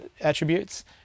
attributes